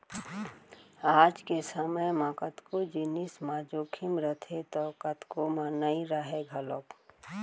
आज के समे म कतको जिनिस म जोखिम रथे तौ कतको म नइ राहय घलौक